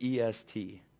EST